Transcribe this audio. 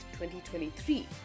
2023